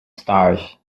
stars